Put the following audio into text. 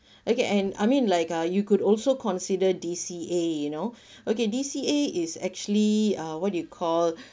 okay and I mean like uh you could also consider D_C_A you know okay D_C_A is actually uh what do you call